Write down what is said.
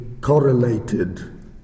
correlated